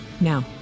Now